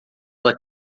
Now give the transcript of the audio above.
ela